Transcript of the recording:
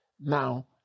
now